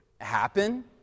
happen